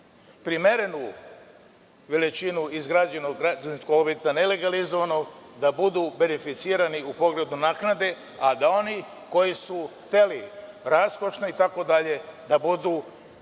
primerenu veličinu izgrađenog građevinskog objekta, nelegalizovanog, da budu beneficirani u pogledu naknade, a da oni koji su hteli raskošno, itd, da budu